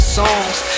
songs